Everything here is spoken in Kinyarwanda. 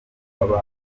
baba